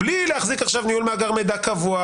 בלי להחזיק עכשיו ניהול מאגר מידע קבוע,